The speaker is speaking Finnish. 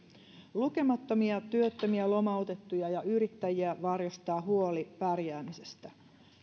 lukemattomia työttömiä lomautettuja ja yrittäjiä varjostaa huoli pärjäämisestä